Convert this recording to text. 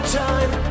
time